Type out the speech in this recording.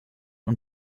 und